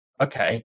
okay